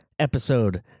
episode